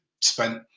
spent